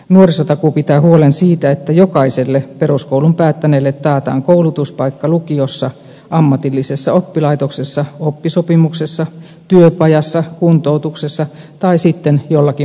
nuorisotakuu pitää huolen siitä että jokaiselle peruskoulun päättäneelle taataan koulutuspaikka lukiossa ammatillisessa oppilaitoksessa oppisopimuksessa työpajassa kuntoutuksessa tai sitten jollakin muulla tavoin